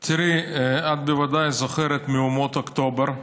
תראי, את בוודאי זוכרת את מהומות אוקטובר,